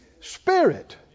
Spirit